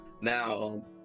Now